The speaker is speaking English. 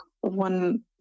one